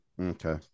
Okay